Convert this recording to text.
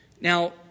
Now